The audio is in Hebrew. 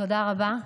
תודה רבה.